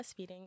breastfeeding